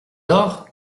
dort